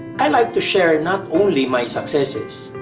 i like to share not only my successes,